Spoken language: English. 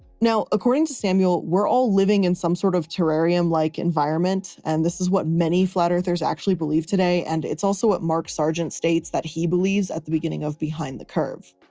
now, according to samuel, we're all living in some sort of terrarium like environment. and this is what many flat-earthers actually believe today. and it's also what mark sargent states that he believes at the beginning of behind the curve.